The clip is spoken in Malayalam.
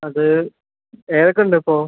അത് ഏതൊക്കെ ഉണ്ട് ഇപ്പോൾ